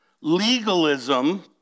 legalism